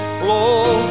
flow